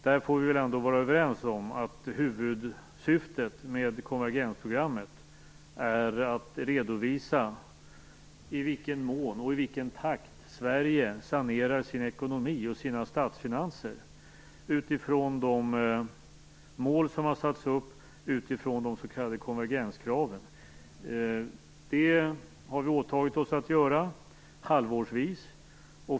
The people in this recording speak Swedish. Vi får väl ändå vara överens om att huvudsyftet med konvergensprogrammet är att redovisa i vilken mån och i vilken takt Sverige sanerar sin ekonomi och sina statsfinanser utifrån de mål som satts upp och utifrån de s.k. konvergenskraven. Det har vi åtagit oss att göra halvårsvis.